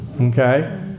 Okay